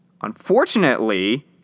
Unfortunately